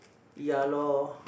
ya loh